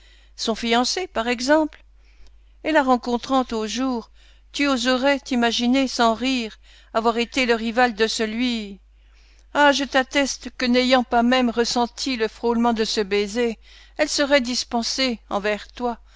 son fiancé par exemple et la rencontrant un jour tu oserais t'imaginer sans rire avoir été le rival de celui ah je t'atteste que n'ayant pas même ressenti le frôlement de ce baiser elle serait dispensée envers toi